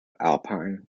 alpine